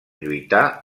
lluitar